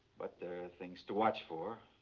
but there are things to watch for,